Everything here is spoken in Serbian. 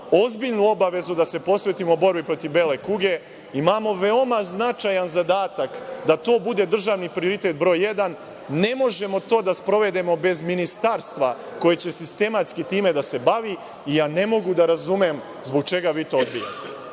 ozbiljnu obavezu da se posvetimo borbi protiv bele kuge, imamo veoma značajan zadatak da to bude državni prioritet broj jedan, ne možemo to da sprovedemo bez ministarstva koje će sistematski time da se bavi i ne mogu da razumem zbog čega vi to odbijate.